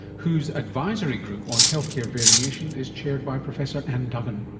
whose advisory group on healthcare variation is chaired by professor anne duggan.